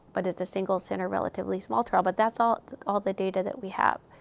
but it's a single centre, relatively small trial. but that's all all the data that we have.